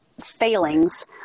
failings